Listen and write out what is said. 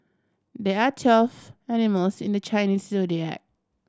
there are twelve animals in the Chinese Zodiac